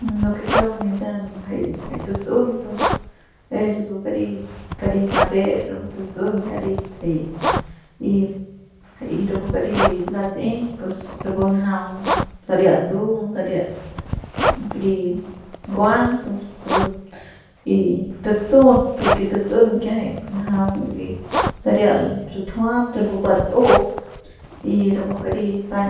Lo que kauk nipem jay tutsu'un pus es pu karit snapet rapu tutsu'un rapu karit jay y jay rapu karit latse'eiñ pus rapu njaung saria ndung saria kari nguang pus rapu y tutut porque tutsun kiajay njaung saria sutujuat rapu kua tsu'u y rapu kari paiñ